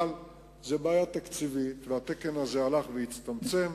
אבל זאת בעיה תקציבית, והתקן הזה הלך והצטמצם.